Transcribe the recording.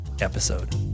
episode